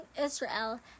Israel